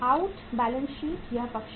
out balance sheet यह पक्ष है